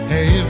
Hey